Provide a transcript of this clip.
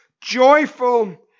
joyful